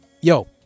yo